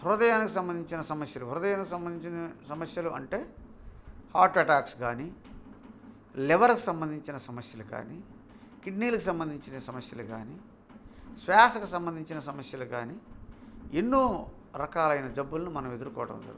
హృదయానికి సంబంధించిన సమస్యలు హృదయానికి సంబంధించిన సమస్యలు అంటే హార్ట్ ఎటాక్స్ కానీ లివర్కి సంబంధించిన సమస్యలు కానీ కిడ్నీలకు సంబంధించిన సమస్యలు కానీ శ్వాసకు సంబంధించిన సమస్యలు కానీ ఎన్నో రకాలైన జబ్బులను మనం ఎదుర్కోవడం జరుగుతుంది